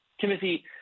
Timothy